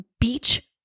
Beach